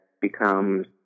becomes